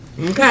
Okay